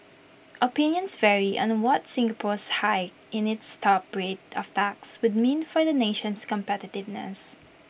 opinions vary on what Singapore's hike in its top rate of tax would mean for the nation's competitiveness